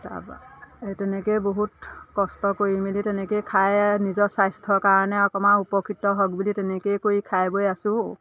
তাৰপৰা এই তেনেকৈয়ে বহুত কষ্ট কৰি মেলি তেনেকৈয়ে খাই নিজৰ স্বাস্থ্যৰ কাৰণে অকণমান উপকৃত হওক বুলি তেনেকৈয়ে কৰি খাই বৈ আছোঁ